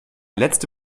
letzte